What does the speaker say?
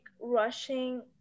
rushing